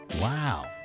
Wow